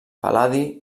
pal·ladi